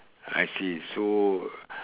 I see so